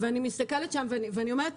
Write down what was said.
ואני מסתכלת שם ואני אומרת: